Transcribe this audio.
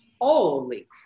holy